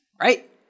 right